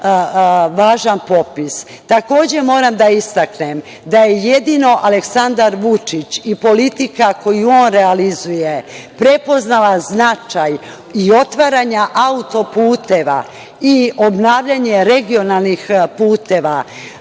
važan popis. Takođe, moram da istaknem da je jedino Aleksandar Vučić i politika koju on realizuje prepoznala značaj i otvaranja autoputeva i obnavljanje regionalnih puteva,